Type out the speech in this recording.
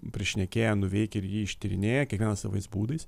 prišnekėję nuveikę ir jį ištyrinėję kiekvienas savais būdais